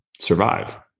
survive